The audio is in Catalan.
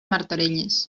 martorelles